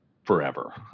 forever